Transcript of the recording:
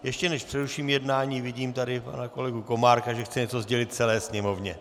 Ještě než přeruším jednání, vidím tady pana kolegu Komárka, že chce něco sdělit celé Sněmovně.